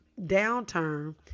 downturn